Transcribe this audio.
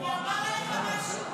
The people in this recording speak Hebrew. רק אם הוא אמר עליך משהו רע.